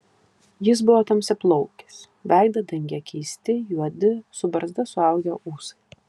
jis buvo tamsiaplaukis veidą dengė keisti juodi su barzda suaugę ūsai